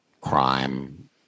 crime